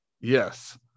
Yes